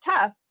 tough